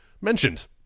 mentioned